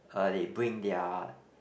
uh they bring their